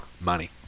Money